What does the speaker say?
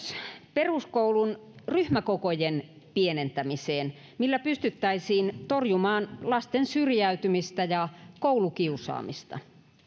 peruskoulun ryhmäkokojen pienentämiseen millä pystyttäisiin torjumaan lasten syrjäytymistä ja koulukiusaamista